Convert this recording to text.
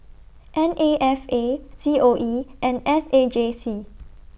N A F A C O E and S A J C